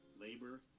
labor